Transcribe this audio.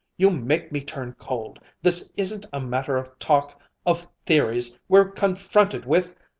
you make me turn cold! this isn't a matter of talk of theories we're confronted with